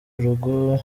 urugo